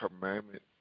commandment